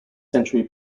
century